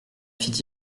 fit